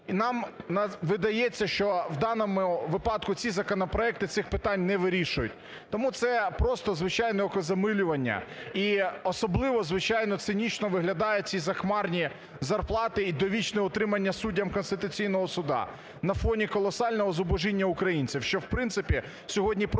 нам видається, що у даному випадку ці законопроекти цих питань не вирішують. Тому це – звичайне окозамилювання. І особливо, звичайно, цинічно виглядають ці захмарні зарплати і довічне утримання суддям Конституційного Суду на фоні колосального зубожіння українців, що, в принципі, сьогодні просто